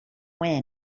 when